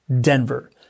Denver